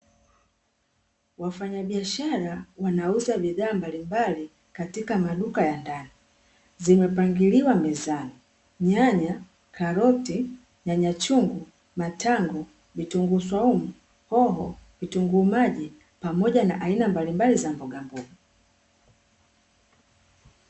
Wafanyabiashara wanauza bidhaa mbalimbali katika maduka ya ndani. Zimepangiliwa mezani: nyanya, karoti, nyanya chungu, matango, vitunguu swaumu, hoho, vitunguu maji, pamoja na aina mbalimbali za mbogamboga.